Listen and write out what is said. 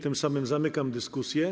Tym samym zamykam dyskusję.